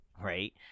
Right